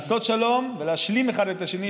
שהם רוצים לעשות שלום ולהשלים אחד את השני,